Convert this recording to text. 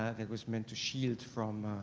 ah that was meant to shield from